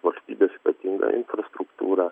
valstybės ypatingą infrastruktūrą